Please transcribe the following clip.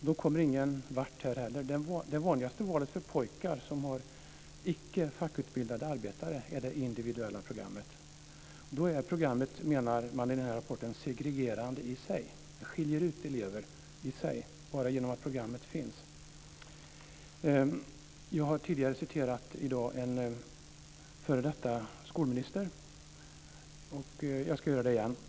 De kommer ingen vart här heller. Det vanligaste valet för pojkar som har föräldrar som är icke-fackutbildade arbetare är det individuella programmet. Då är programmet, menar man i den här rapporten, segregerande i sig, skiljer ut elever i sig, bara genom att det finns. Jag har tidigare i dag citerat en f.d. skolminister, och jag ska göra det igen.